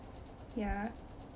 ya